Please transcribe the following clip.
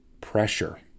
pressure